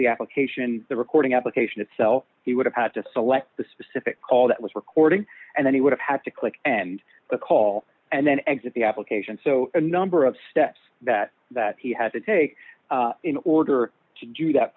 the application the recording application itself he would have had to select the specific call that was recording and then he would have to click and the call and then exit the application so a number of steps that that he had to take in order to do that